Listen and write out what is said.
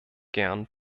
gern